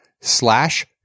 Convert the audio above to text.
slash